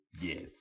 Yes